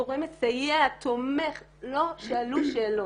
גורם מסייע, תומך, לא שאלו שאלות.